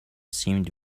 seemed